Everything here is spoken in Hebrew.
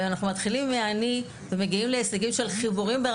כך יש להתייחס לדברים.